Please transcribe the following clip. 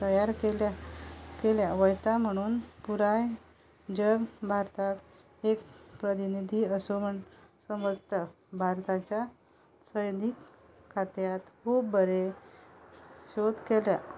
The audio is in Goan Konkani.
तयार केल्या केल्या वयता म्हणून पुराय जग भारताक एक प्रतिनिधी असो म्हण समजता भारताच्या सैनीक खात्यांत खूब बरें शोद केल्यात